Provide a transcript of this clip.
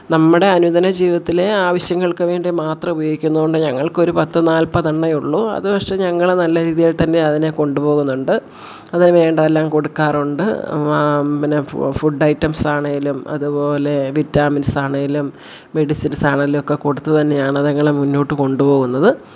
നമ്മുടെ അനുദിന ജീവിതത്തിലെ ആവശ്യങ്ങൾക്ക് വേണ്ടി മാത്രം ഉപയോഗിക്കുന്നത് കൊണ്ട് ഞങ്ങൾക്കൊരു പത്ത് നാൽപ്പതെണ്ണമേ ഉള്ളു അത് പക്ഷേ ഞങ്ങൾ നല്ല രീതിയിൽ തന്നെ അതിനെ കൊണ്ടുപോകുന്നുണ്ട് അതിന് വേണ്ടതെല്ലാം കൊടുക്കാറുണ്ട് പിന്നെ ഫുഡ് ഐറ്റംസാണേലും അതുപോലെ വിറ്റാമിൻസാണേലും മെഡിസിൻസാണേലൊക്കെ കൊടുത്ത് തന്നെയാണ് അതുങ്ങളെ മുന്നോട്ട് കൊണ്ടുപോകുന്നത്